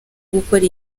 gukora